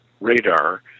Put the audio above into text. Radar